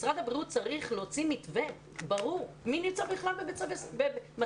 משרד הבריאות צריך להוציא מתווה ברור שאומר מי בכלל נמצא בסיכון,